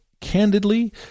candidly